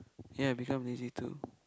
ya become lazy too